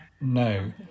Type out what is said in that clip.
no